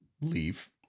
leave